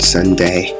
Sunday